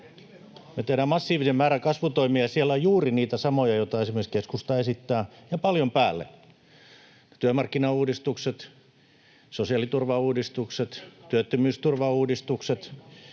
Me tehdään massiivinen määrä kasvutoimia, ja siellä on juuri niitä samoja, joita esimerkiksi keskusta esittää ja paljon päälle. Työmarkkinauudistukset, sosiaaliturvauudistukset, työttömyysturvauudistukset,